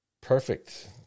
Perfect